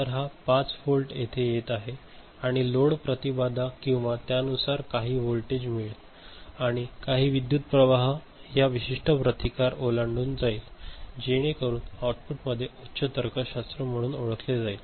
तर हा 5 व्होल्ट येथे येत आहे आणि लोड प्रतिबाधा किंवा त्यानुसार काही व्होल्टेज मिळेल आणि काही विद्युतप्रवाह या विशिष्ट प्रतिकार ओलांडून जाईल जेणेकरून आउटपुट मध्ये उच्च तर्कशास्त्र म्हणून ओळखले जाईल